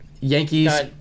Yankees